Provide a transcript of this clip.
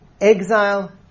exile